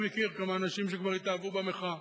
אני מכיר כמה אנשים שכבר התאהבו במחאה.